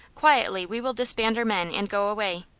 quietly we will disband our men and go away.